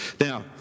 Now